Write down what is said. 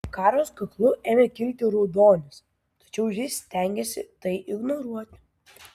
karos kaklu ėmė kilti raudonis tačiau ji stengėsi tai ignoruoti